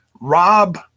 Rob